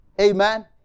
Amen